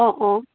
অঁ অঁ